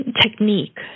technique